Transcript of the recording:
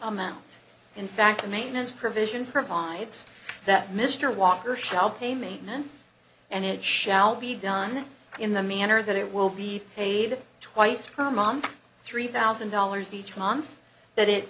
amount in fact a maintenance provision provides that mr walker shall pay maintenance and it shall be done in the manner that it will be paid twice her mom three thousand dollars each month that it